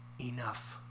Enough